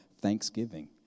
thanksgiving